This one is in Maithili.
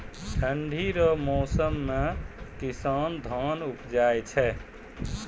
ठंढी रो मौसम मे किसान धान उपजाय छै